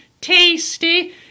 tasty